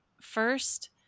first